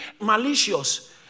malicious